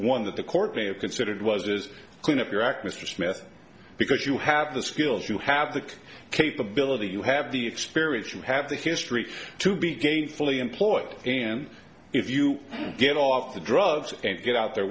one that the court may have considered was is clean up your act mr smith because you have the skills you have the capability you have the experience you have the history to be gainfully employed and if you get off the drugs and get out there